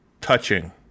touching